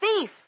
thief